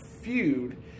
feud